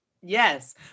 Yes